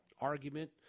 argument